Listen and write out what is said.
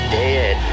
dead